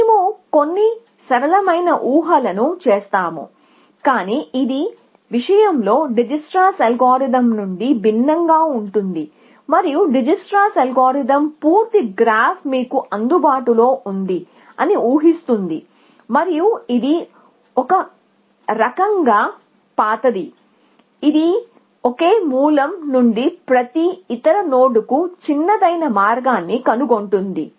మేము కొన్ని సరళమైన ఊహలను చేస్తాము కాని ఇది విషయంలో డిజేక్స్ట్రాస్ అల్గోరిథం నుండి భిన్నంగా ఉంటుంది మరియు డిజేక్స్ట్రాస్ అల్గోరిథం పూర్తి గ్రాఫ్ మీకు అందుబాటు లో ఉంది అని ఊహిస్తుంది మరియు ఇది ఒక రకం గా పాతది ఇది ఒకే మూలం నుండి ప్రతి ఇతర నోడ్కు చిన్నదైన మార్గాన్ని కనుగొంటుంది